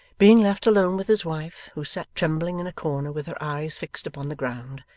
being left along with his wife, who sat trembling in a corner with her eyes fixed upon the ground,